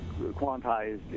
quantized